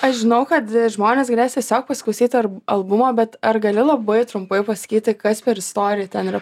aš žinau kad žmonės galės tiesiog pasiklausyt ar albumo bet ar gali labai trumpai pasakyti kas per istorija ten yra